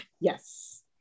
Yes